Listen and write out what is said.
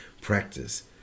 practice